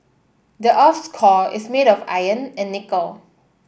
the earth's core is made of iron and nickel